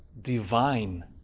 divine